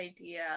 idea